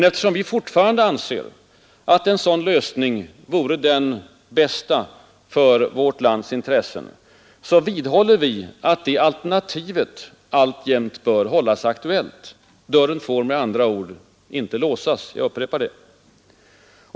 Eftersom vi fortfarande anser att en sådan lösning vore den bästa för vårt lands intressen, vidhåller vi att det alternativet alltjämt bör hållas aktuellt. Dörren får med andra ord inte låsas, jag upprepar det.